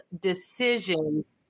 decisions